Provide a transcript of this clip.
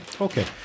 Okay